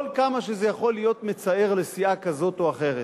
כל כמה שזה יכול להיות מצער לסיעה כזאת או אחרת.